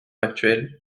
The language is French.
actuel